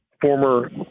former